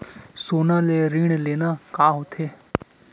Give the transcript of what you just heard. सोना ले ऋण लेना का होथे?